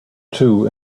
two